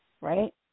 right